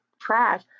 trash